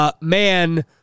Man